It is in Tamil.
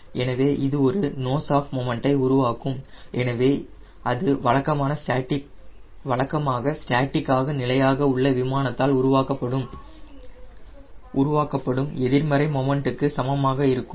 எனவே இது ஒரு நோஸ் அப் மொமன்டை உருவாக்கும் எனவே அது வழக்கமாக ஸ்டாட்டிக்காக நிலையாக உள்ள விமானத்தால் உருவாக்கப்படும் எதிர்மறை மொமன்ட்க்கு சமமாக இருக்கும்